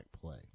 play